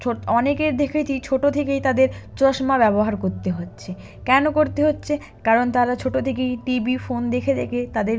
ছোট অনেকের দেখেছি ছোটো থেকেই তাদের চশমা ব্যবহার করতে হচ্ছে কেন করতে হচ্ছে কারণ তারা ছোটো থেকেই টিভি ফোন দেখে দেখে তাদের